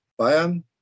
Bayern